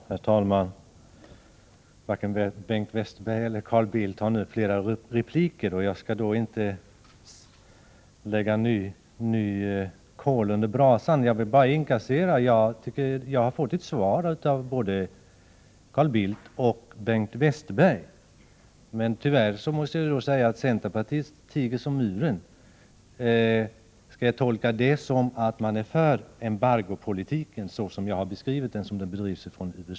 Herr talman! Varken Bengt Westerberg eller Carl Bildt har nu flera repliker. Jag skall därför inte lägga nya kol under brasan. Jag vill bara inkassera att jag har fått ett svar av både Carl Bildt och Bengt Westerberg. Tyvärr måste jag säga att centerpartiet tiger som muren. Skall jag tolka det som att man är för embargopolitiken såsom jag har beskrivit att den bedrivs av USA?